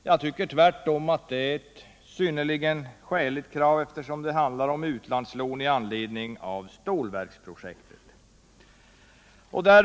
Jag tycker tvärtom att det är synnerligen skäligt, eftersom det handlar om utlandslån i anledning av stålverksprojektet.